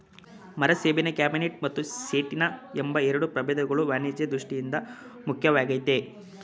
ಮರಸೇಬಿನ ಕಮ್ಯುನಿಸ್ ಮತ್ತು ಸೇಟಿನ ಎಂಬ ಎರಡು ಪ್ರಭೇದಗಳು ವಾಣಿಜ್ಯ ದೃಷ್ಠಿಯಿಂದ ಮುಖ್ಯವಾಗಯ್ತೆ